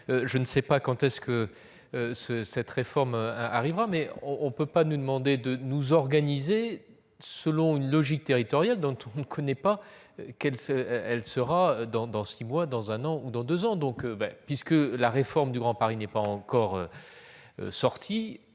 toujours pas quand cette réforme sera engagée. En tout cas, on ne peut pas nous demander de nous organiser selon une logique territoriale dont on ne sait pas ce qu'elle sera dans six mois, dans un an ou dans deux ans. Puisque la réforme du Grand Paris n'est pas encore prête,